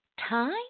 time